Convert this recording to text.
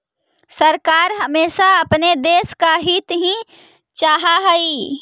सरकार हमेशा अपने देश का हित ही चाहा हई